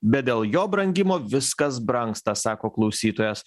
bet dėl jo brangimo viskas brangsta sako klausytojas